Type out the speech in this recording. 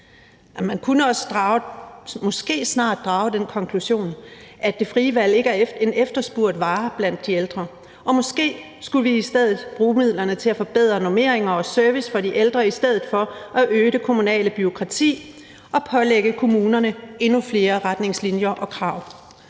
Man kunne måske også snart drage den konklusion, at det frie valg ikke er en efterspurgt vare blandt de ældre, og at vi måske skulle bruge midlerne til at forbedre normeringer og service for de ældre i stedet for at øge det kommunale bureaukrati og pålægge kommunerne endnu flere retningslinjer og krav.